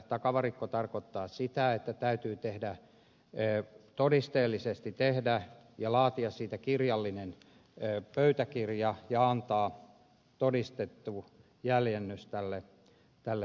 takavarikko tarkoittaa sitä että täytyy todisteellisesti tehdä ja laatia siitä kirjallinen pöytäkirja ja antaa todistettu jäljennös tälle kohteelle